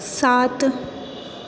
सात